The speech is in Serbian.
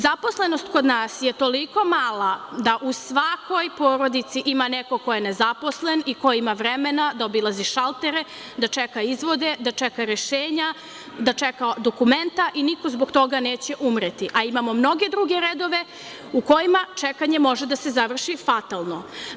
Zaposlenost kod nas je toliko mala da u svakoj porodici ima neko ko je nezaposlen i ko ima vremena da obilazi šaltere, da čeka izvode, da čeka rešenja, da čeka dokumenta i niko zbog toga neće umreti, a imamo mnoge druge redove u kojima čekanje može da se završi fatalno.